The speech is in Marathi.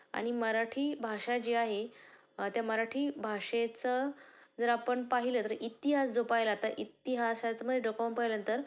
आणि मराठी भाषा जी आहे त्या मराठी भाषेचं जर आपण पाहिलं तर इतिहास जो पाहिला तर इतिहासाच्यामध्ये डोकावून पाहिल्यानंतर